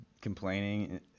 complaining